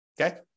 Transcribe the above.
okay